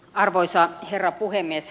arvoisa herra puhemies